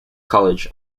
college